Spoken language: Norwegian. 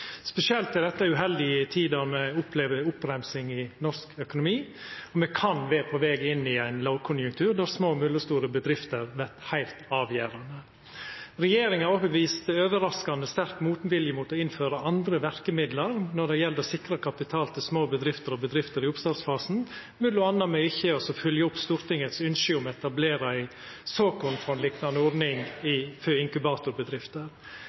Spesielt er dette uheldig i ei tid då me opplever ei oppbremsing i norsk økonomi, og me kan vera på veg inn i ein lågkonjunktur, der små og mellomstore bedrifter vert heilt avgjerande. Regjeringa har vist overraskande sterk motvilje mot å innføra andre verkemiddel når det gjeld å sikra kapital til små bedrifter og bedrifter i oppstartsfasen, m.a. ved ikkje å følgja opp Stortingets ynske om å etablera ei såkornfondliknande ordning for inkubatorbedrifter. Gjentekne forslag om kutt i